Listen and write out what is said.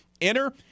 Enter